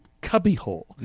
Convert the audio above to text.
cubbyhole